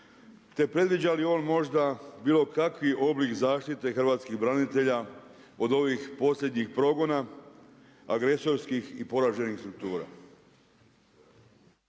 te predviđa li on možda bilo kakvi oblik zaštite hrvatskih branitelja od ovih posljednjih progona agresorskih i poraženih struktura.